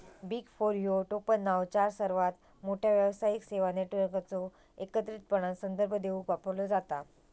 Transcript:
big four ह्यो टोपणनाव चार सर्वात मोठ्यो व्यावसायिक सेवा नेटवर्कचो एकत्रितपणान संदर्भ देवूक वापरलो जाता